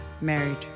married